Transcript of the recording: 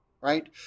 right